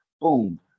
Boom